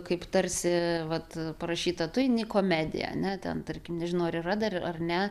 kaip tarsi vat parašyta tai ne komedija ne ten tarkim nežinau ar yra dar ar ne